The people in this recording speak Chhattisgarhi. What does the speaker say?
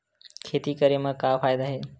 खेती करे म का फ़ायदा हे?